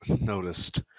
noticed